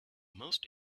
most